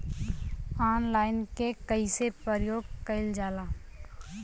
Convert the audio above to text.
Online के कइसे प्रयोग कइल जाला?